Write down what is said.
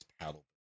paddle